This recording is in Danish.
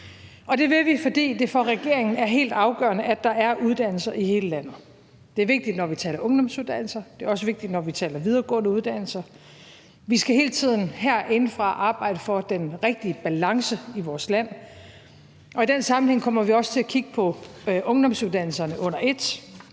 Det vil vi, fordi det for regeringen er helt afgørende, at der er uddannelser i hele landet. Det er vigtigt, når vi taler ungdomsuddannelser, og det er også vigtigt, når vi taler videregående uddannelser. Vi skal hele tiden herindefra arbejde for den rigtige balance i vores land, og i den sammenhæng kommer vi også til at kigge på ungdomsuddannelserne under et.